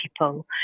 people